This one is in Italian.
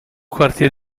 quartier